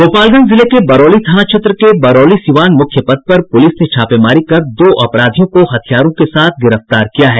गोपालगंज जिले के बरौली थाना क्षेत्र के बरौली सीवान मुख्य पथ पर पुलिस ने छापेमारी कर दो अपराधियों को हथियारों के साथ गिरफ्तार किया है